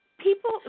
People